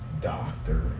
Doctor